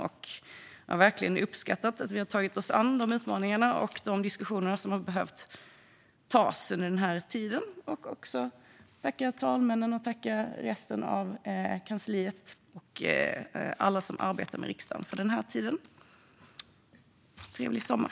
Jag har verkligen uppskattat att vi har tagit oss an dessa utmaningar och fört de diskussioner som har behövts. Jag tackar också kansliet, talmännen och övrig personal i riksdagen för denna tid. Trevlig sommar!